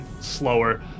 slower